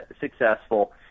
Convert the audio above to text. successful